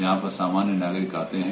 यहा पर सामान्य नागरिक आते है